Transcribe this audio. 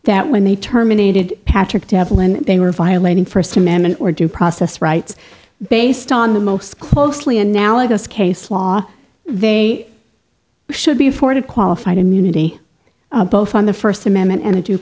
that when they terminated patrick they were violating first amendment or due process rights based on the most closely analogous case law they should be afforded qualified immunity both on the first amendment and